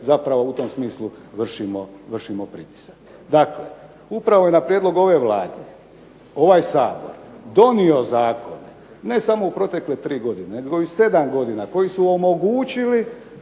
zapravo u tom smislu vršimo pritisak. Dakle, upravo na prijedlog ove Vlade ovaj Sabor donio zakon, ne samo u protekle tri godine, nego i 7 godina, koji su omogućili